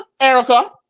Erica